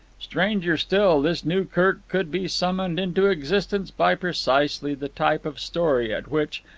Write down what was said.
stranger still, this new kirk could be summoned into existence by precisely the type of story at which,